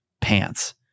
pants